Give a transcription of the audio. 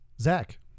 Zach